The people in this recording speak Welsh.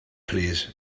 plîs